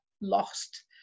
lost